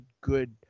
good